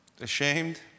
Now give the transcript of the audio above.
ashamed